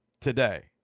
today